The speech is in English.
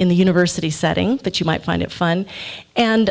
in the university setting but you might find it fun and